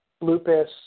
lupus